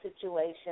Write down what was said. situation